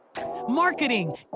marketing